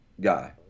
guy